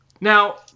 Now